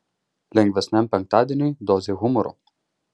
lengvesniam penktadieniui dozė humoro